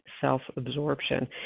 self-absorption